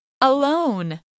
Alone